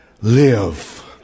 live